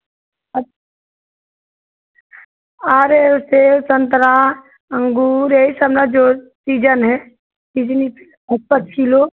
अरे सेब संतरा अंगूर यही सब ना जो सीजन है सिजनी पर पाँच पाँच किलो